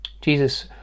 Jesus